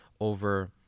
over